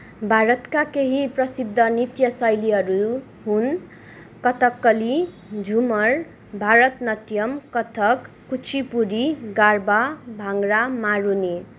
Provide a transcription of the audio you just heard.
भारतका केही प्रसिद्ध नृत्य शैलीहरू हुन् कथकली झुमर भारतनाट्यम कथक कुचिपुडी गार्वा भाङ्डा मारुनी